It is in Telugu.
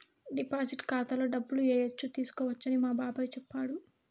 డిపాజిట్ ఖాతాలో డబ్బులు ఏయచ్చు తీసుకోవచ్చని మా బాబాయ్ చెప్పాడు